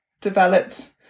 developed